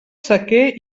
sequer